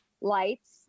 lights